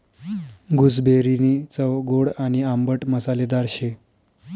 गूसबेरीनी चव गोड आणि आंबट मसालेदार शे